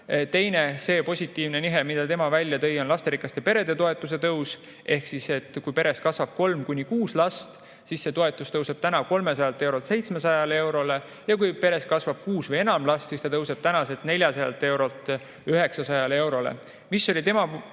Teine positiivne nihe, mille tema välja tõi, on lasterikaste perede toetuse tõus ehk siis, et kui peres kasvab kolm kuni kuus last, siis see toetus tõuseb tänavu 300 eurolt 700 eurole, ja kui peres kasvab lapsi enam kui kuus, siis see tõuseb tänaselt 400 eurolt 900 eurole. Mis oli tema